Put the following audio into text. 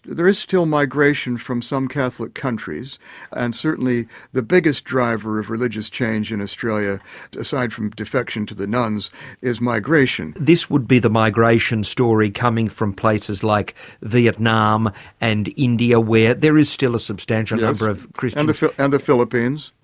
there is still migration from some catholic countries and certainly the biggest driver of religious change in australia aside from defection to the nuns is migration. this would be the migration story coming from places like vietnam and india where there is still a substantial number of christians. and the and philippines.